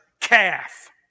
calf